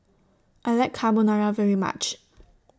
I like Carbonara very much